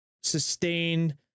sustained